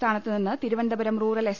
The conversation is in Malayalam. സ്ഥാനത്തുനിന്ന് തിരുവനന്തപുരം റൂറൽ എസ്